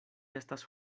estas